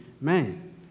man